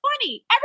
funny